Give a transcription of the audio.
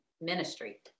ministry